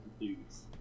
dudes